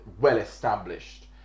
well-established